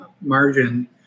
margin